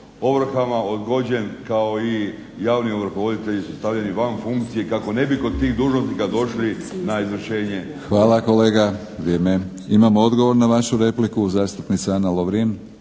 ovrhama odgođen kao i javni ovrhovoditelji su stavljeni van funkcije kako ne bi kod tih dužnosnika došli na izvršenje. **Batinić, Milorad (HNS)** Hvala kolega, vrijeme. Imamo odgovor na vašu repliku, zastupnica Ana Lovrin.